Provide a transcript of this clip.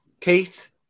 Keith